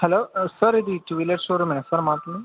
hello sir ఇది two wheeler షోరూమేనా sir మాట్లాడేది